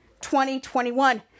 2021